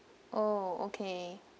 oh okay